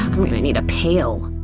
i'm gonna need a pale.